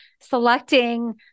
selecting